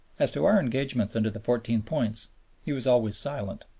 as to our engagements under the fourteen points he was always silent.